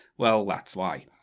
well, that's why.